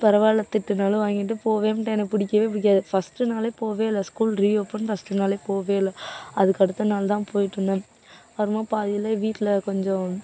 பரவாயில்ல திட்டினாலும் வாங்கிகிட்டு போக மாட்டேன் எனக்கு பிடிக்கவே பிடிக்காது ஃபஸ்ட்டு நாள் போகவே இல்லை ஸ்கூல் ரீஓப்பன் ஃபஸ்ட்டு நாள் போகவே இல்லை அதுக்கடுத்த நாள் தான் போய்ட்ருந்தேன் அப்புறமா பாதியிலேயே வீட்டில் கொஞ்சம்